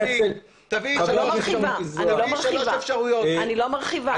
אני לא מרחיבה.